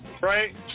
Right